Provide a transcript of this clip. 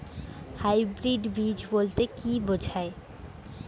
Hybrid বীজ বলতে কী বোঝায়?